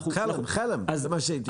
חלם, מה שנקרא.